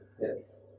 Yes